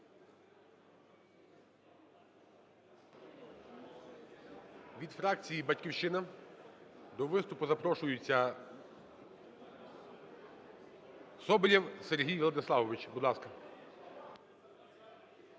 Від фракції "Батьківщина" до виступу запрошується Соболєв Сергій Владиславович,